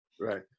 Right